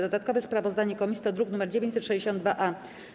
Dodatkowe sprawozdanie komisji to druk nr 962-A.